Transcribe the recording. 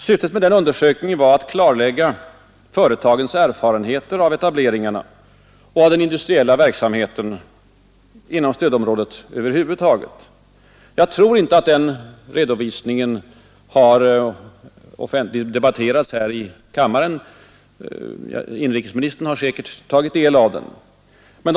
Syftet med den undersökningen var att klarlägga företagens erfarenheter av etableringarna och av den industriella verksamheten inom stödområdet över huvud taget. Jag tror inte att den redovisningen har debatterats här i kammaren, men inrikesministern har säkert tagit del av den.